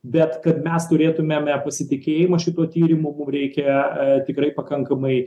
bet kad mes turėtumėme pasitikėjimą šituo tyrimu mum reikia tikrai pakankamai